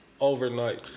Overnight